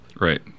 right